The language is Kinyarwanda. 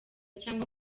cyangwa